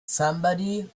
somebody